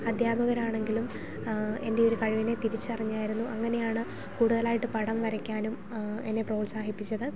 അദ്ധ്യാപകരാണെങ്കിലും എൻ്റെ ഒരു കഴിവിനെ തിരിച്ചറിഞ്ഞായിരുന്നു അങ്ങനെയാണ് കൂടുതലായിട്ട് പടം വരയ്ക്കാനും എന്നെ പ്രോത്സാഹിപ്പിച്ചത്